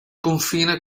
confine